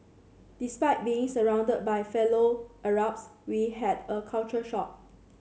despite being surrounded by fellow Arabs we had a culture shock